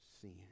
sin